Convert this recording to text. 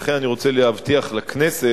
לכן אני רוצה להבטיח לכנסת